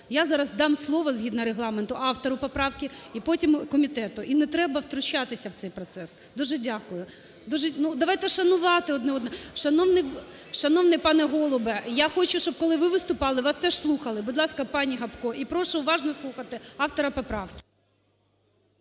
Я зараз дам слово згідно Регламенту автору поправки і потім комітету і не треба втручатися в цей процес. Дуже дякую. Давайте шанувати одне одного… Шановний пане Голубе, я хочу, щоб коли ви виступали вас теж слухали. Будь ласка, пані Гопко. І прошу уважно слухати автора поправки.